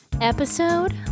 Episode